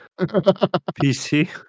PC